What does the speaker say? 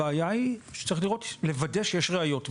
הבעיה היא שצריך לוודא שיש ראיות,